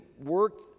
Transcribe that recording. work